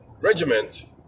regiment